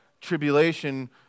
tribulation